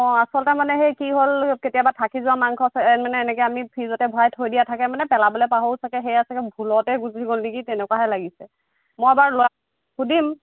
অঁ আচলতে মানে কি হ'ল কেতিয়াবা থাকি যোৱা মাংস মানে এনেকৈ আমি ফ্ৰিজতে ভৰাই থৈ দিয়া থাকে মানে পেলাবলৈ পাহৰোঁ চাগে সেইয়া চাগে ভূলতে গুচি গ'ল নেকি তেনেকুৱাহে লাগিছে মই বাৰু সুধিম